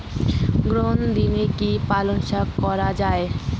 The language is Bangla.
গ্রীষ্মের দিনে কি পালন শাখ করা য়ায়?